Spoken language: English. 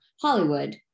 Hollywood